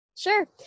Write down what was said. Sure